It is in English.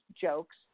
jokes